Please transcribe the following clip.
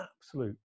absolute